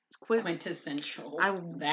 quintessential